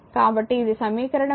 కాబట్టి ఇది సమీకరణం 1